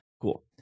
cool